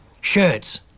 shirts